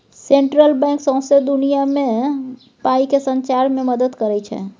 central bank सौंसे देश मे पाइ केँ सचार मे मदत करय छै